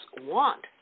want